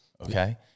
Okay